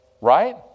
Right